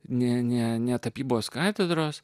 ne ne ne tapybos katedros